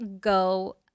go